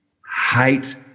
height